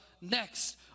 next